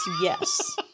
yes